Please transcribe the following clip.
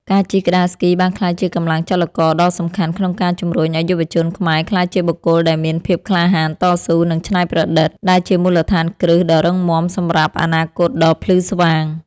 ការជិះក្ដារស្គីបានក្លាយជាកម្លាំងចលករដ៏សំខាន់ក្នុងការជំរុញឱ្យយុវជនខ្មែរក្លាយជាបុគ្គលដែលមាន ភាពក្លាហាន តស៊ូ និងច្នៃប្រឌិត ដែលជាមូលដ្ឋានគ្រឹះដ៏រឹងមាំសម្រាប់អនាគតដ៏ភ្លឺស្វាង។